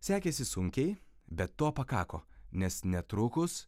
sekėsi sunkiai bet to pakako nes netrukus